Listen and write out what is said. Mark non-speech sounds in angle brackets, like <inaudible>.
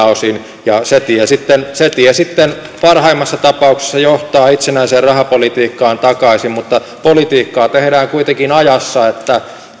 <unintelligible> osin se tie sitten parhaimmassa tapauksessa johtaa itsenäiseen rahapolitiikkaan takaisin mutta politiikkaa tehdään kuitenkin ajassa niin että